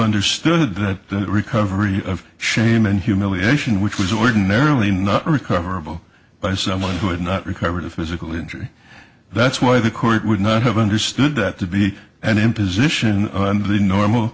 understood that recovery of shame and humiliation which was ordinarily not recoverable by someone who would not recover to physical injury that's why the court would not have understood that to be an imposition on the normal